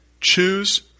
Choose